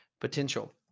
potential